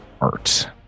art